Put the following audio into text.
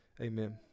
Amen